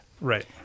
Right